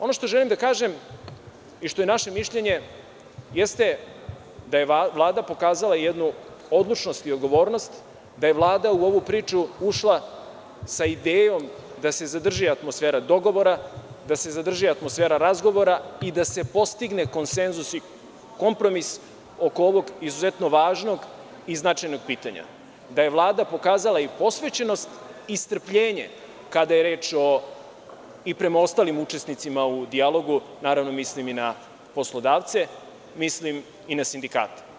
Ono što želim da kažem i što je naše mišljenje jeste da je Vlada pokazala jednu odlučnost i odgovornost, da je Vlada u ovu priču ušla sa idejom da se zadrži atmosfera dogovora, da se zadrži atmosfera razgovora i da se postigne konsenzus i kompromis oko ovog izuzetno važnog i značajnog pitanja i da je Vlada pokazala i posvećenost i strpljenje kada je reč i prema ostalim učesnicima u dijalogu, naravno, mislim i na poslodavce, mislim i na sindikate.